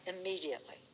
immediately